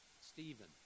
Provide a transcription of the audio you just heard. Stephen